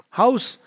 house